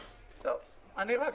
טוב, אז,